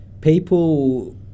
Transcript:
people